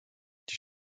die